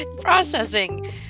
processing